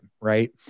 right